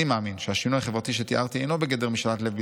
"אני מאמין שהשינוי החברתי שתיארתי אינו בגדר משאלת לב בלבד,